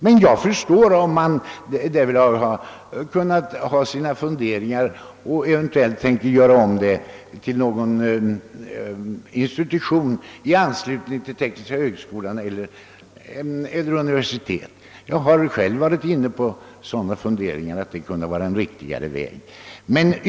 Men jag förstår, om man därvidlag har kunnat ha sina funderingar och eventuellt tänkt göra om Studsvik till någon institution i anslutning till tekniska högskolan eller universitetet. Jag har själv varit inne på funderingar om. att det kunde vara en riktigare väg.